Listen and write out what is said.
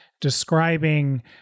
describing